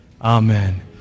Amen